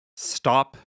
stop